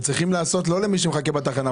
צריכים לעשות לא בשביל מי שמחכה בתחנה.